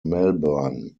melbourne